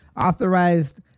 authorized